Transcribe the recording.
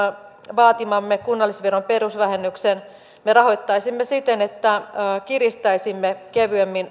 vaatimamme kunnallisveron perusvähennyksen me rahoittaisimme siten että kiristäisimme kevyemmin